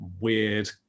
weird